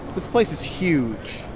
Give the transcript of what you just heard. this place is huge.